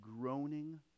groaning